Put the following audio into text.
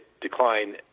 decline